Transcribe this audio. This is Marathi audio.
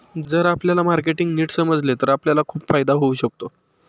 जर आपल्याला मार्केटिंग नीट समजले तर आपल्याला खूप फायदा होऊ शकतो